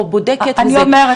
או שהיא בודקת וזה --- אני אומרת,